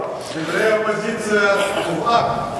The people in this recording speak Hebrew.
הפלסטיני של פתרון הסכסוך,